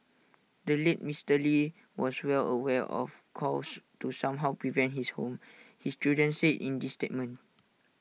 the late Mister lee was well aware of calls to somehow prevent his home his children said in the statement